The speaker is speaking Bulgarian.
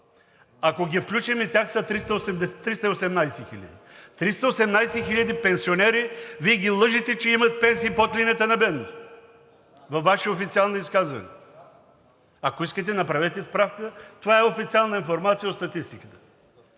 Ако ги включим и тях, са 318 хиляди. Триста и осемнадесет пенсионери Вие ги лъжете, че имат пенсии под линията на бедност във Ваше официално изказване. Ако искате, направете справка. Това е официална информация от Статистиката.